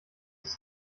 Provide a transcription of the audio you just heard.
ist